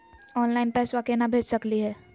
Online पैसवा केना भेज सकली हे?